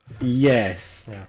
Yes